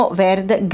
verde